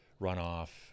runoff